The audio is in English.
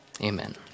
Amen